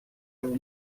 amb